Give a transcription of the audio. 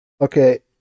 Okay